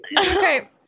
Okay